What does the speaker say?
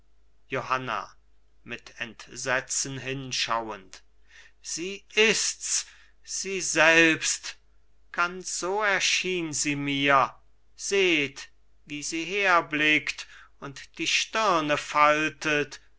johanna mit entsetzen hinschauend sie ists sie selbst ganz so erschien sie mir seht wie sie herblickt und die stirne faltet